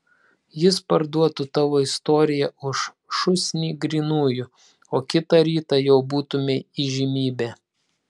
jis parduotų tavo istoriją už šūsnį grynųjų o kitą rytą jau būtumei įžymybė